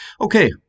Okay